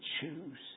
choose